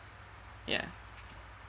yeah